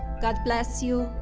god bless you,